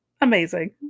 Amazing